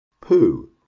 Poo